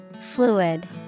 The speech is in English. Fluid